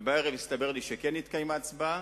בערב הסתבר לי שכן התקיימה הצבעה,